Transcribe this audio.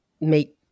make